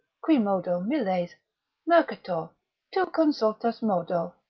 qui modo miles, mercator tu consultus modo,